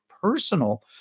personal